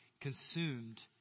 consumed